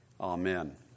Amen